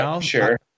sure